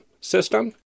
system